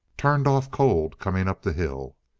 turned off cold coming up the hill.